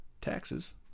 taxes